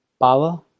power